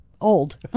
old